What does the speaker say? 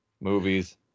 movies